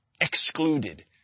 excluded